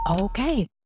Okay